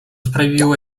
sprawiło